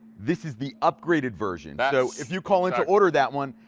this is the upgraded version so if you call into order that one,